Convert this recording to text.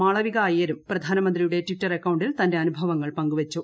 മാളവിക അയ്യരും പ്രധാനമന്ത്രിയുടെ ടിറ്റർ അക്കൌണ്ടിൽ തന്റെ അനുഭവങ്ങൾ പങ്കുവച്ചു